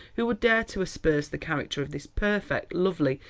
who would dare to asperse the character of this perfect, lovely,